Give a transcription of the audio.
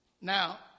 Now